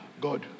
God